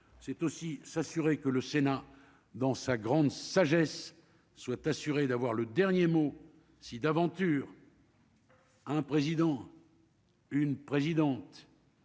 c'est aussi s'assurer que le Sénat dans sa grande sagesse, soient assurés d'avoir le dernier mot, si d'aventure. Un président. Une présidente.